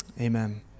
Amen